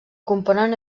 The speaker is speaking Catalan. componen